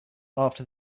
after